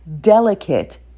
delicate